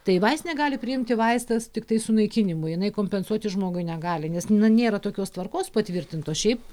tai vaistinė gali priimti vaistas tiktai sunaikinimui jinai kompensuoti žmogui negali nes na nėra tokios tvarkos patvirtintos šiaip